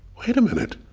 wait a minute.